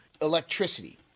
electricity